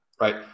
Right